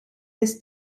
his